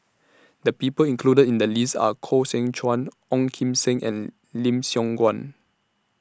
The People included in The list Are Koh Seow Chuan Ong Kim Seng and Lim Siong Guan